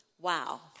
Wow